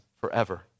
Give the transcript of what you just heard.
forever